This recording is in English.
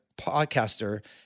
podcaster